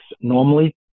Normally